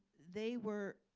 they were